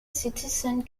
citizens